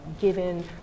given